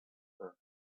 her